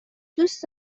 دوست